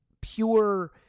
pure